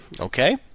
okay